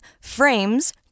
Frames